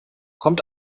kommt